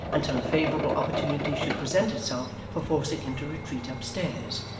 until a favourable opportunity should present itself for forcing him to retreat up-stairs,